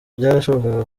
byarashobokaga